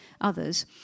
others